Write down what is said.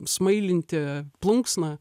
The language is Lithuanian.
smailinti plunksną